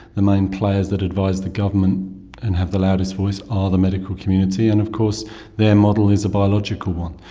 the main players that advise the government and have the loudest voice are the medical community, and of course their model is a biological one.